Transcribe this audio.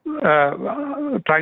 trying